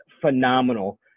phenomenal